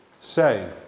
say